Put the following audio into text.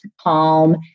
calm